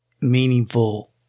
meaningful